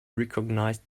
recognized